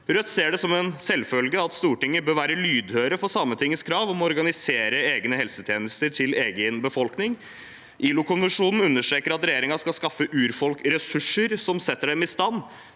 Rødt ser det som en selvfølge at Stortinget bør være lydhøre for Sametingets krav om å organisere egne helsetjenester til egen befolkning. ILO-konvensjonen understreker at regjeringen skal skaffe urfolk ressur ser som setter dem i stand